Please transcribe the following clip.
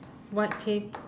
white okay